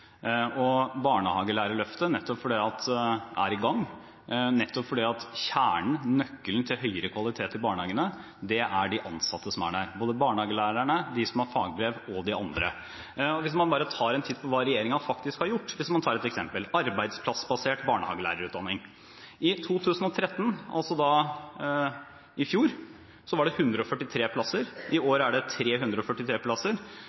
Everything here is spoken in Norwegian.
i årets budsjett. Barnehagelærerløftet er i gang, og kjernen, nøkkelen til høyere kvalitet i barnehagene, er de ansatte som er der, både barnehagelærerne, de som har fagbrev, og de andre. Hvis man tar en titt på hva regjeringen faktisk har gjort, er ett eksempel arbeidsplassbasert barnehagelærerutdanning: I 2013, altså i fjor, var det 143 plasser, i år er det 343 plasser.